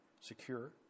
secure